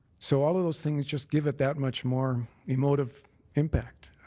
so all of those things just give it that much more emotive impact,